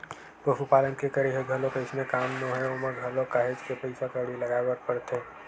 पसुपालन के करई ह घलोक अइसने काम नोहय ओमा घलोक काहेच के पइसा कउड़ी लगाय बर परथे